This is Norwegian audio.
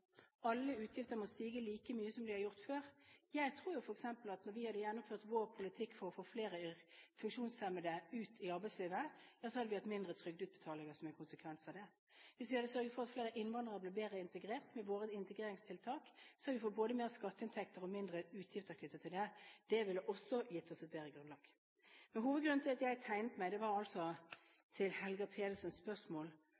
vi hadde gjennomført vår politikk for å få flere funksjonshemmede ut i arbeidslivet, hadde vi hatt mindre trygdeutbetalinger som en konsekvens av det. Hvis vi hadde sørget for at flere innvandrere ble bedre integrert med våre integreringstiltak, hadde vi fått både større skatteinntekter og mindre utgifter knyttet til dette. Det ville også gitt oss et bedre grunnlag. Hovedgrunnen til at jeg tegnet meg på talerlisten var